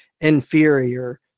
inferior